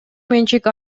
менчик